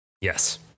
Yes